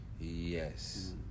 yes